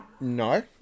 No